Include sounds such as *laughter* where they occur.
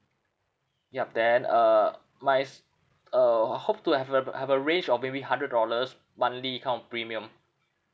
yup then uh my s~ uh I hope to have a *noise* have a range of maybe hundred dollars monthly kind of premium